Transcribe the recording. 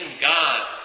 God